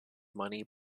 money